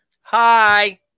Hi